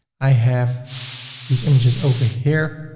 i have these images over here,